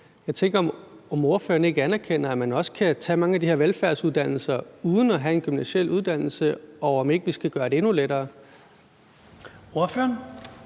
Jeg tænker, om ordføreren ikke anerkender, at man også kan tage mange af de her velfærdsuddannelser uden at have en gymnasial uddannelse, og om ikke vi skal gøre det endnu lettere? Kl.